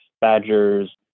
badgers